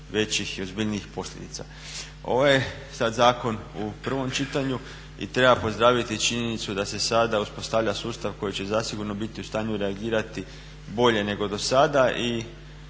većih i ozbiljnijih posljedica. Ovaj je sad zakon u prvom čitanju i treba pozdraviti činjenicu da se sada uspostavlja sustav koji će zasigurno biti u stanju reagirati bolje nego dosada.